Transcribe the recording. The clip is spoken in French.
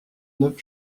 neuf